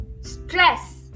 Stress